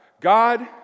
God